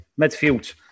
midfield